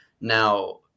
Now